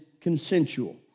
consensual